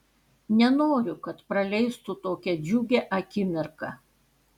nenoriu kad praleistų tokią džiugią akimirką